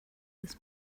this